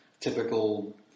typical –